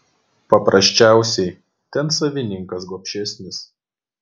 paprasčiausiai ten savininkas gobšesnis